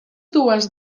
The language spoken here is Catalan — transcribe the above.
dues